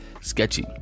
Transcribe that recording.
sketchy